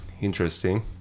interesting